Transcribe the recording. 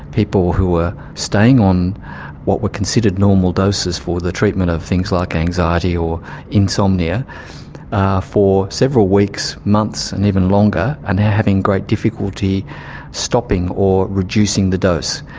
people who were staying on what were considered normal doses for the treatment of things like anxiety or insomnia for several weeks, months and even longer and having great difficulty stopping or reducing the dose.